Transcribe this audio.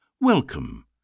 Welcome